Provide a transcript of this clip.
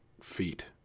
feet